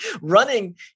Running